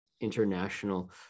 international